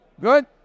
Good